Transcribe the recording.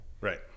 Right